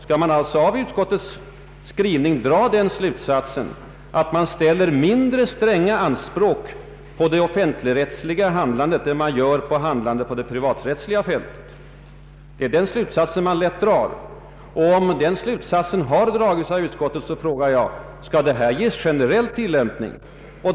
Skall man alltså av utskottets skrivning dra den slutsatsen, att man ställer mindre stränga anspråk på offentligrättsligt handlande än på handlandet på det privaträttsliga fältet? Det är det resultatet resonemanget för fram till, och om denna slutsats har dragits av utskottet, frågar jag: Skall detta ges generell tillämpning?